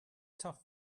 tough